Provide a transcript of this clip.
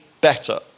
better